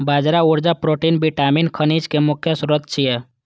बाजरा ऊर्जा, protein, vitamin, खनिज के मुख्य स्रोत छियै